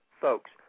folks